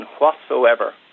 whatsoever